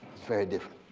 very different,